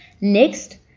Next